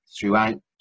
throughout